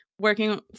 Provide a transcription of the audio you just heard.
working